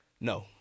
No